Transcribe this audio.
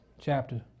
chapter